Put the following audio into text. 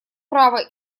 права